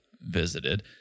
visited